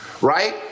right